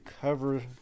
cover